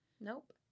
Nope